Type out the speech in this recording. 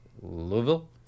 Louisville